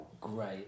great